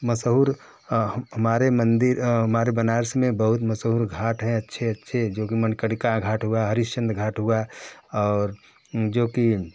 मशहूर हमारे मंदिर हमारे बनारस में बहुत मशहूर घाट हैं अच्छे अच्छे जो कि मणिकर्णिका घाट हुआ हरिश्चंद्र घाट हुआ और जो कि